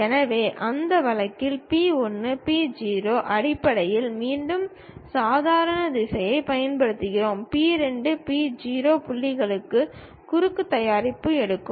எனவே அந்த வழக்கில் P 1 P 0 அடிப்படையில் மீண்டும் சாதாரண திசையனைப் பயன்படுத்துகிறோம் P 2 P 0 புள்ளிகளுடன் குறுக்கு தயாரிப்பு எடுக்கும்